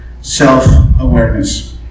self-awareness